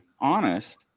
honest